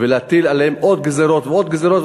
ולהטיל עליהם עוד גזירות ועוד גזירות,